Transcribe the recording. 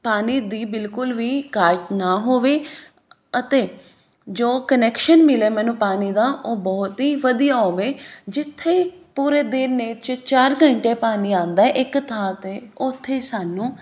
ਪਾਣੀ ਦੀ ਬਿਲਕੁਲ ਵੀ ਘਾਟ ਨਾ ਹੋਵੇ ਅਤੇ ਜੋ ਕਨੈਕਸ਼ਨ ਮਿਲੇ ਮੈਨੂੰ ਪਾਣੀ ਦਾ ਉਹ ਬਹੁਤ ਹੀ ਵਧੀਆ ਹੋਵੇ ਜਿੱਥੇ ਪੂਰੇ ਦਿਨ 'ਚ ਚਾਰ ਘੰਟੇ ਪਾਣੀ ਆਉਂਦਾ ਇੱਕ ਥਾਂ 'ਤੇ ਉਥੇ ਸਾਨੂੰ